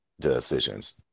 decisions